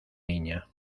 niña